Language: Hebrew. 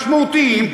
משמעותיים,